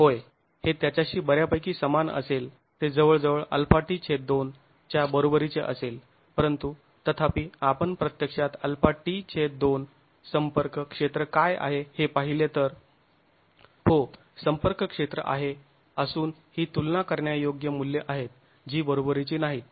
होय हे त्याच्याशी बऱ्यापैकी समान असेल ते जवळजवळ αt2 च्या बरोबरीचे असेल परंतु तथापि आपण प्रत्यक्षात αt2 संपर्क क्षेत्र काय आहे हे पाहिले तर हो संपर्क क्षेत्र आहे असून ही तुलना करण्या योग्य मूल्य आहेत जी बरोबरीची नाहीत